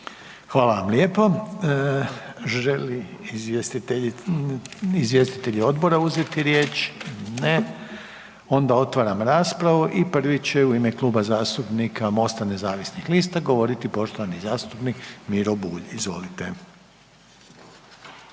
Hvala vam lijepo. Želi izvjestitelji odbora uzeti riječ? Ne. Onda otvaram raspravu i prvi će u ime Kluba zastupnika Mosta nezavisnih lista govoriti poštovani zastupnik Miro Bulj, izvolite.